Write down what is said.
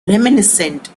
reminiscent